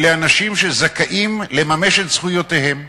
אלה אנשים שזכאים לממש את זכויותיהם.